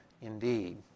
indeed